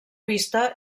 vista